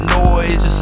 noise